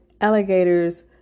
alligators